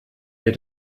wir